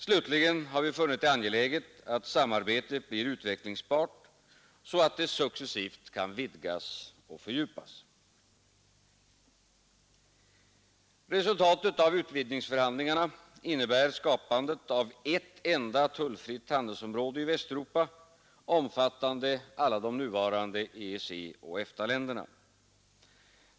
Slutligen har vi funnit det angeläget att samarbetet blir utvecklingsbart så att det successivt kan vidgas och fördjupas. Resultatet av utvidgningsförhandlingarna innebär skapandet av ett enda tullfritt handelsområde i Västeuropa, omfattande alla de nuvarande EEC och EFTA-länderna.